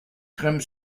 crème